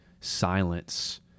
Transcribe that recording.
silence